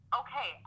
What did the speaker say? okay